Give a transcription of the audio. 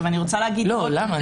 למה?